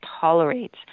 tolerates